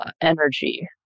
energy